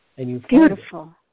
Beautiful